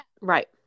Right